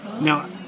now